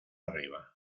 arriba